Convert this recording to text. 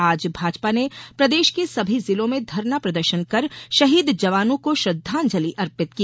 आज भाजपा ने प्रदेश के सभी जिलों में धरना प्रदर्शन कर शहीद जवानों को श्रद्धांजलि अर्पित की